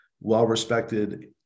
well-respected